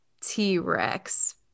T-Rex